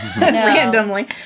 randomly